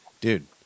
Dude